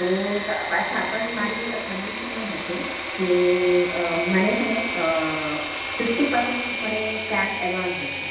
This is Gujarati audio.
તો પાછા પણ મારી કન્ડિશન એ હશે કે મને છે ને ફિફ્ટી પર્સન્ટ મને કેશ એડવાન્સ જોઈશે